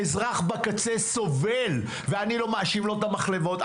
האזרח בקצה סובל ואני לא מאשים את המחלבות,